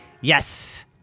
yes